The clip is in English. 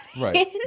Right